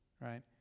right